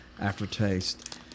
aftertaste